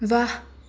ਵਾਹ